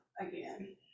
again